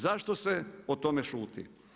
Zašto se o tome šuti?